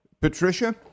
Patricia